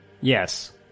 Yes